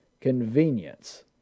convenience